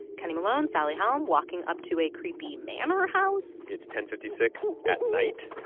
kenny malone, sally helm walking up to a creepy manor house it's ten fifty six at night